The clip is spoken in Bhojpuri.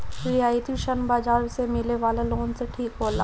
रियायती ऋण बाजार से मिले वाला लोन से ठीक होला